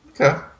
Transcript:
Okay